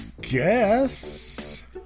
guess